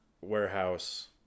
warehouse